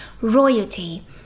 royalty